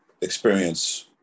experience